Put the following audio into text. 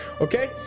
Okay